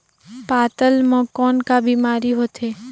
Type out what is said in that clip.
पातल म कौन का बीमारी होथे?